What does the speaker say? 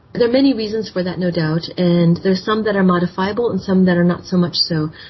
there are many reasons for that no doubt and there are some that are modifiable and some that are not so much so.